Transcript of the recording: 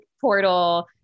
portal